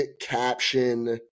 caption